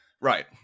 Right